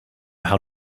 how